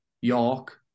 York